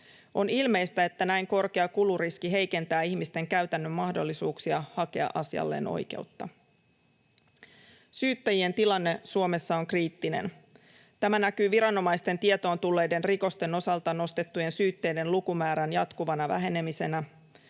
On ilmeistä, että näin korkea kuluriski heikentää ihmisten käytännön mahdollisuuksia hakea asialleen oikeutta. Syyttäjien tilanne Suomessa on kriittinen. Tämä näkyy viranomaisten tietoon tulleiden rikosten osalta nostettujen syytteiden lukumäärän jatkuvana vähenemisenä.